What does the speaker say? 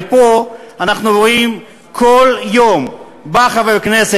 הרי פה אנחנו רואים שכל יום בא חבר כנסת,